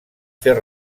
fer